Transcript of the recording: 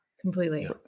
completely